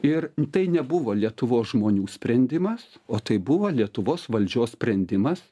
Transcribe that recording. ir tai nebuvo lietuvos žmonių sprendimas o tai buvo lietuvos valdžios sprendimas